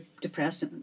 depressed